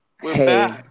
Hey